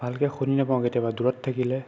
ভালকৈ শুনি নেপাওঁ কেতিয়াবা দূৰত থাকিলে